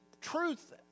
truth